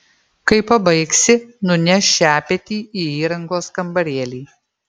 kai pabaigsi nunešk šepetį į įrangos kambarėlį